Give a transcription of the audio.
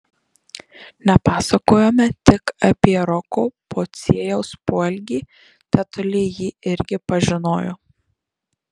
nepasakojome tik apie roko pociejaus poelgį tetulė jį irgi pažinojo